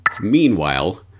Meanwhile